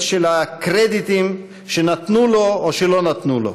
של הקרדיטים שנתנו לו או שלא נתנו לו.